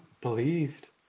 believed